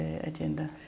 agenda